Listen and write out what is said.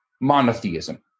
monotheism